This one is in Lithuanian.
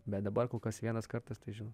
bet dabar kol kas vienas kartas tai žinot